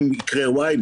אם יקרה Y,